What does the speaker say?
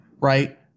right